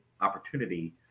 opportunity